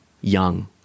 young